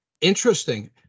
Interesting